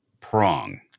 prong